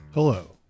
Hello